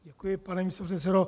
Děkuji, pane místopředsedo.